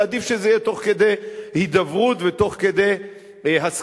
ועדיף שזה יהיה תוך כדי הידברות ותוך כדי הסכמות.